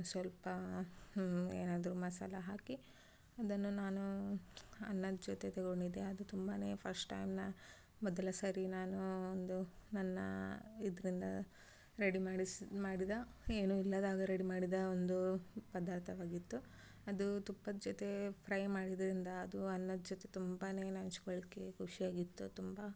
ಸ್ವಲ್ಪ ಏನಾದರು ಮಸಾಲ ಹಾಕಿ ಅದನ್ನು ನಾನು ಅನ್ನದ ಜೊತೆ ತೆಗೊಂಡಿದ್ದೆ ಅದು ತುಂಬಾ ಫಸ್ಟ್ ಟೈಮ್ ನಾ ಮೊದಲ ಸರಿ ನಾನು ಒಂದು ನನ್ನ ಇದರಿಂದ ರೆಡಿ ಮಾಡಿಸಿ ಮಾಡಿದ ಏನು ಇಲ್ಲದಾಗ ರೆಡಿ ಮಾಡಿದ ಒಂದು ಪದಾರ್ಥವಾಗಿತ್ತು ಅದು ತುಪ್ಪದ ಜೊತೆ ಫ್ರೈ ಮಾಡಿದ್ರಿಂದ ಅದು ಅನ್ನದ ಜೊತೆ ತುಂಬಾ ನೆಂಚ್ಕೊಳ್ಳಿಕ್ಕೆ ಖುಷಿ ಆಗಿತ್ತು ತುಂಬ